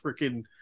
freaking